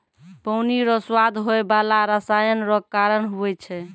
पानी रो स्वाद होय बाला रसायन रो कारण हुवै छै